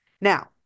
Now